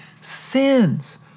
sins